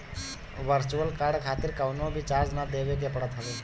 virtual card खातिर कवनो भी चार्ज ना देवे के पड़त हवे